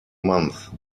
month